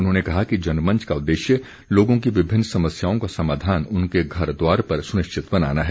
उन्होंने कहा कि जनमंच का उद्देश्य लोगों की विभिन्न समस्याओं का समाधान उनके घर द्वार पर सुनिश्चित बनाना है